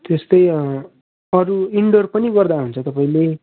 त्यस्तै अरू इन्डोर पनि गर्दा हुन्छ तपाईँले